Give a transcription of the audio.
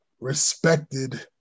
respected